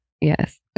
Yes